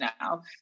now